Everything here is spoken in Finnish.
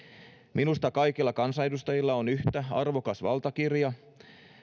minusta kaikilla kansanedustajilla on yhtä arvokas valtakirja